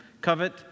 covet